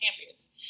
campus